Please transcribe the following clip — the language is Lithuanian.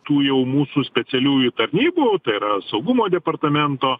tų jau mūsų specialiųjų tarnybųtai yra saugumo departamento